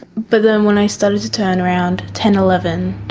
but then when i started to turn around ten, eleven,